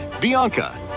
Bianca